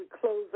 close